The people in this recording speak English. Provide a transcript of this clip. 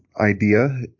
idea